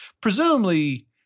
presumably